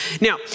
Now